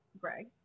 Greg